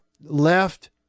left